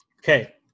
okay